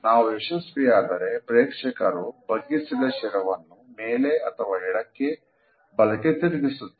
ನಾವು ಯಶಸ್ವಿಯಾದರೆ ಪ್ರೇಕ್ಷಕರು ಬಗ್ಗಿಸಿದ ಶಿರವನ್ನು ಮೇಲೆ ಎಡಕ್ಕೆ ಅಥವಾ ಬಲಕ್ಕೆ ತಿರುಗಿಸುತ್ತಾರೆ